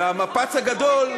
והמפץ הגדול,